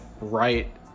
right